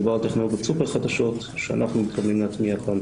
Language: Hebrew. מדובר על טכנולוגיות סופר חדשות שאנחנו מתכוונים להטמיע כאן